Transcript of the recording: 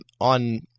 on –